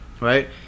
Right